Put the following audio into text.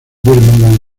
birmingham